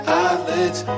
eyelids